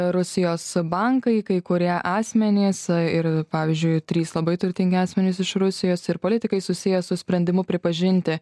rusijos bankai kai kurie asmenys ir pavyzdžiui trys labai turtingi asmenys iš rusijos ir politikai susiję su sprendimu pripažinti